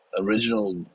original